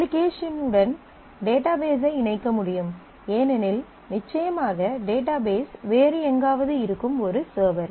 application உடன் database ஐ இணைக்க முடியும் ஏனெனில் நிச்சயமாக டேட்டாபேஸ் வேறு எங்காவது இருக்கும் ஒரு சர்வர்